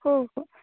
हो हो